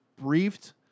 briefed